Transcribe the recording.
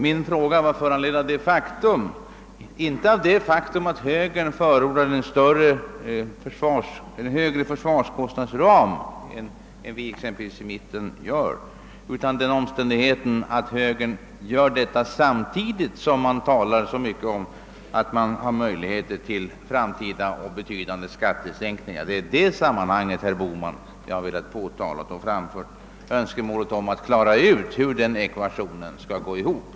Min fråga var inte föranledd av det faktum att högern förordar en större försvarskostnadsram än vad exempelvis vi i mitten gör, utan av den omständigheten att högern gör detta samtidigt som man talar så mycket om att det finns möjligheter till framtida betydande skattesänkningar. Det är det sammanhanget, herr Bohman, jag har velat påtala. Mitt önskemål var att vi skulle få en förklaring på hur den ekvationen kan gå ihop.